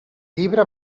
llibre